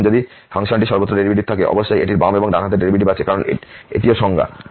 দেখুন যদি ফাংশনটি সর্বত্র ডেরিভেটিভ থাকে অবশ্যই এটির বাম হাত এবং ডান হাতের ডেরিভেটিভ আছে কারণ এটিও সংজ্ঞা